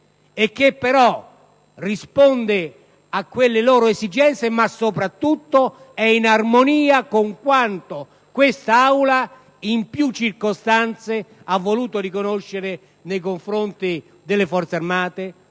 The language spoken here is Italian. aspettative e alle loro esigenze, ma soprattutto che è in armonia con quanto quest'Aula in più circostanze ha voluto riconoscere nei confronti delle Forze armate,